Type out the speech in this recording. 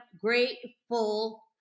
grateful